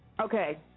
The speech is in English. okay